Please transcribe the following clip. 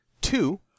two